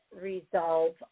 resolve